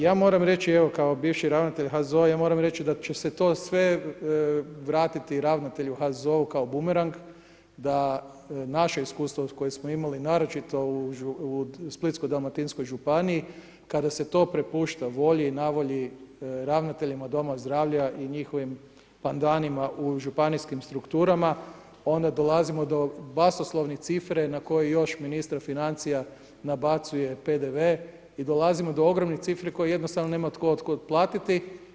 Ja moram reći evo kao bivši ravnatelj HZZO-a ja moram reći da će se to sve vratiti ravnatelju HZZO-u kao bumerang da naša iskustva koja smo imali naročito u Splitsko-dalmatinskoj županiji kada se to prepušta volji i na volji ravnateljima doma zdravlja i njihovim pandanima u županijskim strukturama onda dolazimo do basnoslovne cifre na koju još ministar financija nabacuje PDV i dolazimo do ogromnih cifri koje jednostavno nema tko otkud platiti.